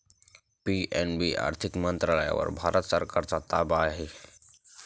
PNB आर्थिक मंत्रालयावर भारत सरकारचा ताबा आहे